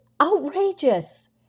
outrageous